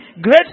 great